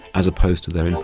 as opposed to their